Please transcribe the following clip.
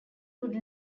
would